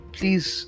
Please